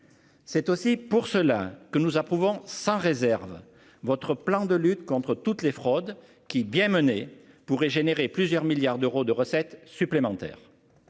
C'est aussi pour cela que nous approuvons sans réserve votre plan de lutte contre toutes les fraudes qui bien menée pourrait générer plusieurs milliards d'euros de recettes supplémentaires.